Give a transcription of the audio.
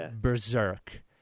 berserk